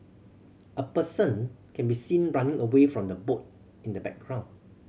a person can be seen running away from the boat in the background